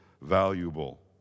valuable